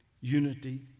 unity